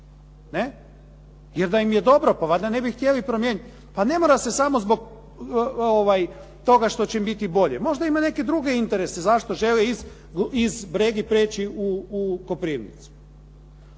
Jer da im je dobro, pa valjda ne bi htjeli promijeniti. Pa ne mora se samo zbog toga što će im biti bolje. Možda ima neke druge interese zašto žele iz Bregi prijeći u Koprivnicu.